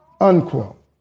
unquote